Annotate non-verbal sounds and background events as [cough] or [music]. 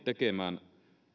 [unintelligible] tekemään